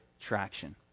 traction